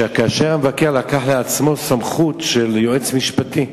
כאשר המבקר לקח על עצמו סמכות של יועץ משפטי,